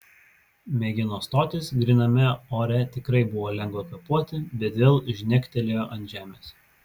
mėgino stotis gryname ore tikrai buvo lengva kvėpuoti bet vėl žnektelėjo ant žemės